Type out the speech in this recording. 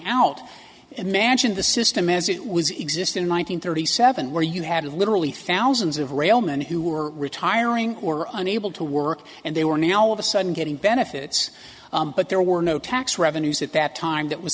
out imagine the system as it was existed in one thousand thirty seven where you had literally thousands of rail men who were retiring or unable to work and they were now all of a sudden getting benefits but there were no tax revenues at that time that was